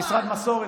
יש משרד מסורת,